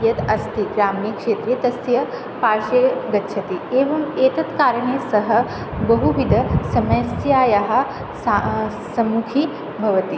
यत् अस्ति ग्राम्यक्षेत्रे तस्य पार्श्वे गच्छति एवं एतत् कारणे सः बहुविदसमस्यायाः स सम्मुखी भवति